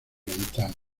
ventana